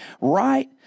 right